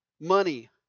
Money